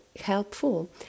helpful